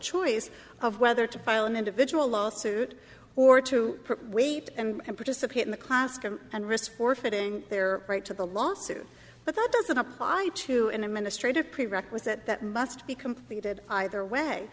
choice of whether to file an individual lawsuit or to wait and participate in the classroom and risk forfeiting their right to the lawsuit but that doesn't apply to an administrative prerequisite that must be completed either way